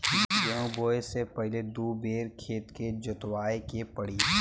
गेंहू बोवले से पहिले दू बेर खेत के जोतवाए के पड़ी